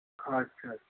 अच्छा अच्छा